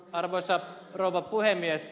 arvoisa rouva puhemies